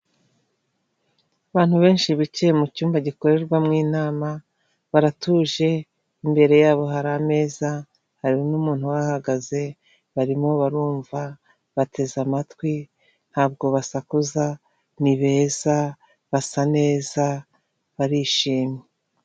Abantu benshi bicaye mu cyumba gikorerwamo inama, baratuje, imbere yabo hari ameza, hari n'umuntu uhahagaze, barimo barumva, bateze amatwi, ntabwo basakuza, ni beza, basa neza, barishimye.